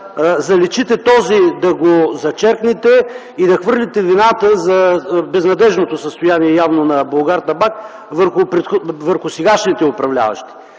заличите, да зачеркнете това и да хвърлите вината за безнадеждното състояние на „Булгартабак” върху сегашните управляващи.